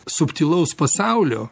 subtilaus pasaulio